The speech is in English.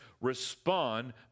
respond